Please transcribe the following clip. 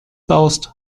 baust